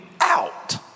out